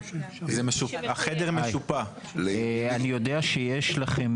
אני יודע שיש לכם